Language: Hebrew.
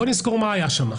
בואו נזכור מה היה שם.